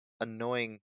annoying